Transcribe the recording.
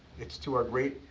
it's to our great